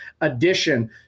addition